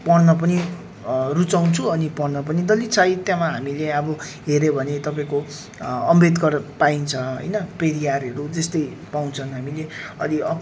पढ्न पनि रुचाउँछु अनि पढ्न पनि दलित साहित्यमा हामीले अब हेऱ्यौँ भने तपाईँको अम्बेदकर पाइन्छ होइन पेरियारहरू त्यस्तै पाउँछन् हामीले अलि